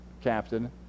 captain